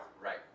Right